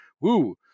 woo